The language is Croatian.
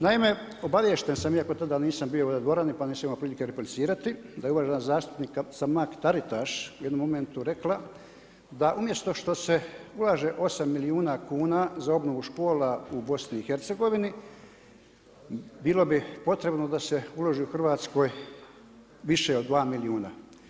Naime, obaviješten sam iako tada nisam bio u ovoj dvorani pa nisam imao prilike replicirati da je uvažena zastupnica Mrak-Taritaš u jednom momentu rekla da umjesto što se ulaže 8 milijuna kuna za obnovu škola u BiH bilo bi potrebno da se uloži u Hrvatskoj više od 2 milijuna.